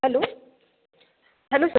hello hello sir